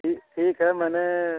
जी ठीक है मैंने